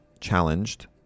challenged